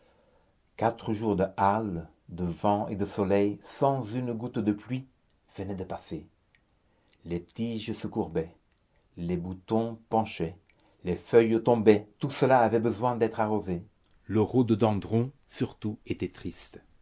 quatre jours de hâle de vent et de soleil sans une goutte de pluie venaient de passer les tiges se courbaient les boutons penchaient les feuilles tombaient tout cela avait besoin d'être arrosé le rhododendron surtout était triste